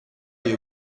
you